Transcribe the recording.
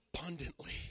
Abundantly